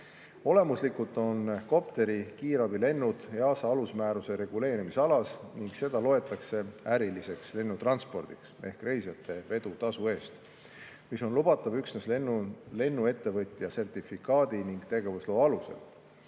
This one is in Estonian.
Olemuslikult on kopteri kiirabilend EASA alusmääruse reguleerimisalas ning seda loetakse äriliseks lennutranspordiks ehk reisijateveoks tasu eest, mis on lubatav üksnes lennuettevõtja sertifikaadi ning tegevusloa alusel.